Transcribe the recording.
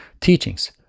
teachings